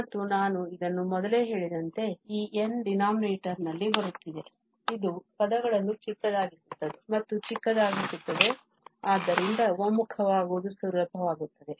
ಮತ್ತು ನಾನು ಇದನ್ನು ಮೊದಲೇ ಹೇಳಿದಂತೆ ಈ n denominator ನಲ್ಲಿ ಬರುತ್ತಿದೆ ಇದು ಪದಗಳನ್ನು ಚಿಕ್ಕದಾಗಿಸುತ್ತದೆ ಮತ್ತು ಚಿಕ್ಕದಾಗಿಸುತ್ತದೆ ಮತ್ತು ಆದ್ದರಿಂದ ಒಮ್ಮುಖವಾಗುವುದು ಸುಲಭವಾಗುತ್ತದೆ